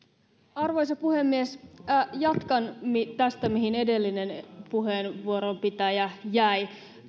arvoisa puhemies jatkan tästä mihin edellinen puheenvuoronpitäjä jäi